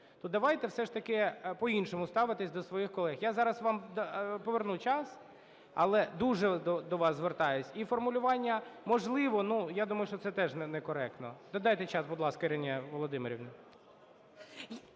то давайте все ж таки по-іншому ставитися до своїх колег. Я зараз вам поверну час, але дуже до вас звертаюсь, і формулювання "можливо", ну, я думаю, що це теж некоректно. Додайте час, будь ласка, Ірині Володимирівні.